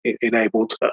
enabled